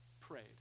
prayed